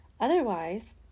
Otherwise